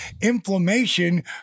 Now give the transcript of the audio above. Inflammation